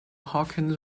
hawkins